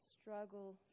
struggle